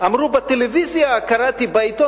אמרו בטלוויזיה, קראתי בעיתון.